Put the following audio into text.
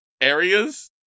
areas